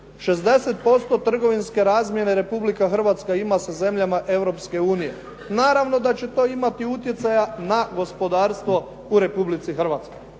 60% trgovinske razmjene Republika Hrvatska ima sa zemljama Europske unije. Naravno da će to imati utjecaja na gospodarstvo u Republici Hrvatskoj,